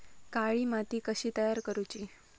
काळी माती कशी तयार करूची?